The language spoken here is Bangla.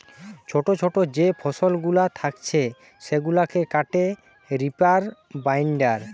ছোটো ছোটো যে ফসলগুলা থাকছে সেগুলাকে কাটে রিপার বাইন্ডার